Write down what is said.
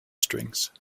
strings